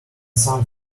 some